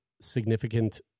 significant